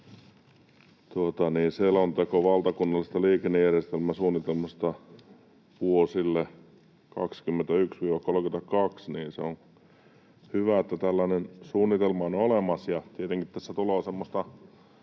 selonteko valtakunnallisesta liikennejärjestelmäsuunnitelmasta vuosille 2021—32: On hyvä, että tällainen suunnitelma on olemassa. Tietenkin tässä tulee semmoista